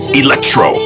electro